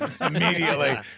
immediately